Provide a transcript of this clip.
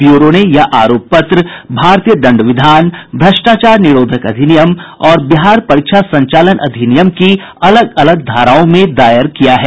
bureau ने यह आरोप पत्र भारतीय दंड विधान भ्रष्टाचार निरोधक अधिनियम और बिहार परीक्षा संचालन अधिनियम की अलग अलग धाराओं में दायर किया है